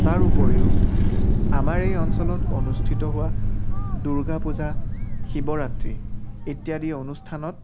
তাৰ উপৰিও আমাৰ এই অঞ্চলত অনুষ্ঠিত হোৱা দুৰ্গাপূজা শিৱৰাত্ৰি ইত্যাদি অনুষ্ঠানত